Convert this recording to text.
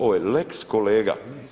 Ovo je lex kolega.